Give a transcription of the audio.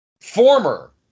former